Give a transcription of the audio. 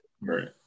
right